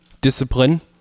discipline